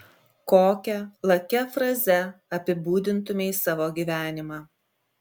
kokia lakia fraze apibūdintumei savo gyvenimą